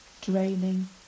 draining